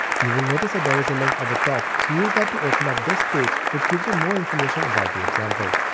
you will notice that there is a link at the top so use that to open up this page which gives you more information about the example.